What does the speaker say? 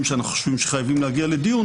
שאנחנו חושבים שחייבים להגיע לדיון,